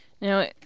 Now